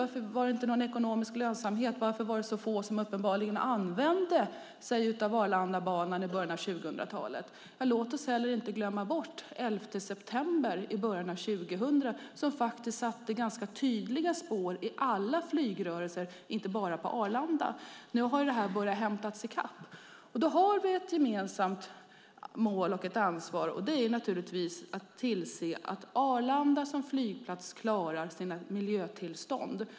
Varför fanns det ingen ekonomisk lönsamhet? Varför var det så få som i början av 2000-talet uppenbarligen använde sig av Arlandabanan? Ja, låt oss inte glömma bort den 11 september i början av år 2000, något som satte ganska tydliga spår i alla flygrörelser - inte bara på Arlanda. Nu har man börjat hämta sig och komma i kapp. Vi har ett gemensamt mål och ett ansvar när det gäller att se till att Arlanda som flygplats klarar sina miljötillstånd.